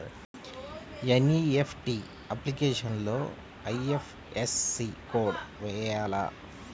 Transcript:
NEFT అప్లికేషన్లో IFSC code వేయాలా?